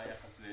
יש את היחס בין